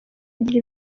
agira